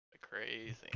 Crazy